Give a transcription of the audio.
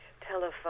telephone